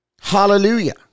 Hallelujah